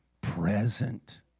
present